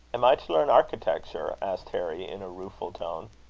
am i to learn architecture? asked harry, in a rueful tone.